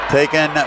Taken